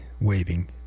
waving